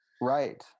Right